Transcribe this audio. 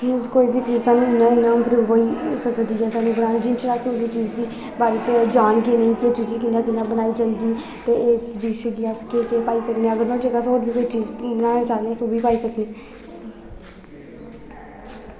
कोई बी चीज़ साह्नू इयां इयां इंक्रीज़ होई इस करियै ग्रांऽ च अस उस चीज़ दे बारे च जानगे नी कियां कियां एह् चीज़ बनाई जंदी ते इस डिश गी केह् केह् पाई सकने अगर नोहाड़ी जगा कोई होर बी चीज़ बनाना ताह्ने अस ओह् बी बनाई सकने